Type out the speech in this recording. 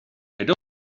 don’t